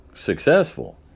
successful